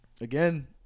again